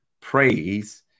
praise